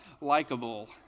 likable